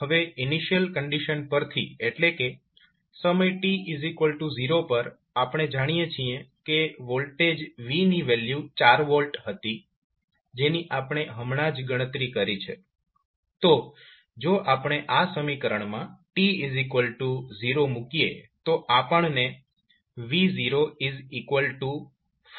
હવે initial condition પરથી એટલે કે સમય t0 પર આપણે જાણીએ છીએ કે વોલ્ટેજ v ની વેલ્યુ 4V હતી જેની આપણે હમણાં જ ગણતરી કરી છે